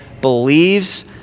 believes